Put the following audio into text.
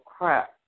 crap